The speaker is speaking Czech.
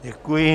Děkuji.